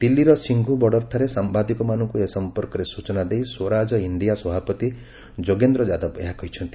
ଦିଲ୍ଲୀର ସିଙ୍ଘୁ ବର୍ଡ଼ର୍ଠାରେ ସାମ୍ବାଦିକମାନଙ୍କୁ ଏ ସମ୍ପର୍କରେ ସୂଚନା ଦେଇ ସ୍ୱରାଜ ଇଣ୍ଡିଆ ସଭାପତି ଯୋଗେନ୍ଦ୍ର ଯାଦବ ଏହା କହିଛନ୍ତି